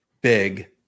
big